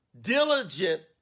Diligent